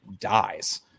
dies